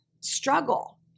struggle